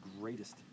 greatest